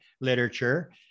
literature